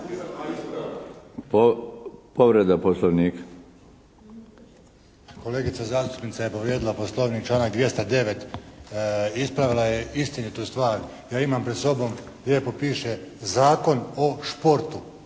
Franjo (HDZ)** Kolegica zastupnica je povrijedila Poslovnik, članak 209. Ispravila je istinitu stvar. Ja imam pred sobom, lijepo piše: "Zakon o športu".